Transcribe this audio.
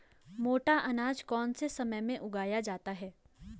मोटा अनाज कौन से समय में उगाया जाता है?